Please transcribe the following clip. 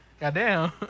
Goddamn